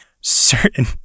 certain